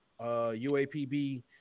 UAPB